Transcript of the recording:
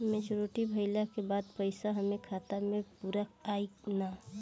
Maturity भईला के बाद पईसा हमरे खाता म पूरा आई न?